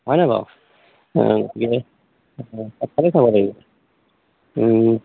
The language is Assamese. হয়নে বাৰু সবফালে চাব লাগিব